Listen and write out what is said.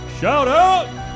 Shout-out